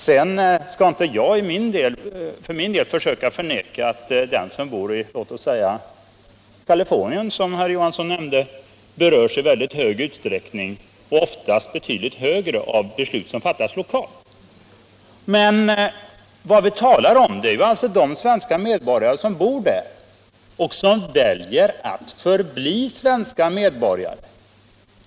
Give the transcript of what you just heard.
Sedan skall inte jag för min del försöka förneka att låt oss säga den som bor i Kalifornien, som herr Johansson nämnde, berörs i mycket större utsträckning — oftast betydligt större — av beslut som fattas lokalt. Men vad vi talar om är de svenskar som bor där och som väljer att förbli svenska medborgare.